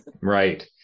Right